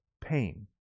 pain